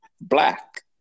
black